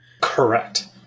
Correct